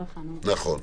נכון.